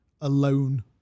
alone